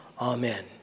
Amen